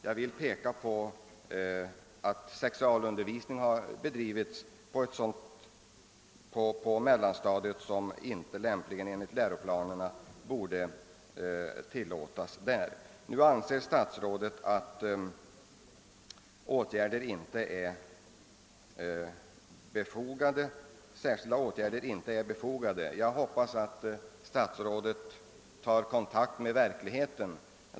Jag vill peka på att t.ex. sexualundervisningen på mellanstadiet har bedrivits på ett sätt som enligt läroplanen inte borde vara tillåtet. Statsrådet anser enligt sitt svar att några särskilda åtgärder inte är befogade därför att han går ut ifrån att skolradiooch TV-programmen överensstämmer med läroplanerna. Jag hoppas att statsrådet tar kontakt med verkligheten.